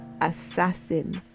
assassins